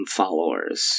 followers